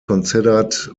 considered